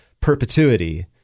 perpetuity